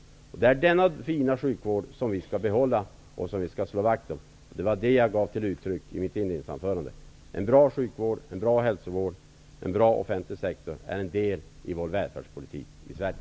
Det är denna fina sjukvård som vi skall behålla och slå vakt om. Det gav jag uttryck för i mitt inledningsanförande. En bra sjuk och hälsovård och en bra offentlig sektor är en del i vår välfärdspolitik i Sverige.